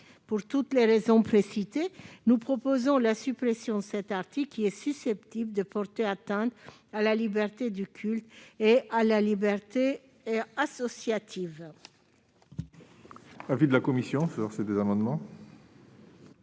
Pour toutes ces raisons, nous proposons la suppression de l'article 2, qui est susceptible de porter atteinte à la liberté du culte et à la liberté associative.